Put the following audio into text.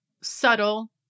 subtle